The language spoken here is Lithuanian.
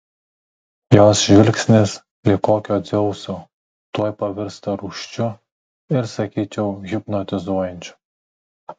jos žvilgsnis lyg kokio dzeuso tuoj pavirsta rūsčiu ir sakyčiau hipnotizuojančiu